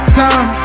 time